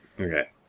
Okay